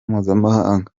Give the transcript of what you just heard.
mpuzamahanga